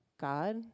God